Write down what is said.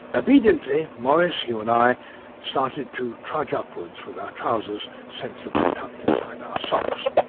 obediently maurice, hugh and i started to trudge upwards with our trousers sensibly tucked inside our socks.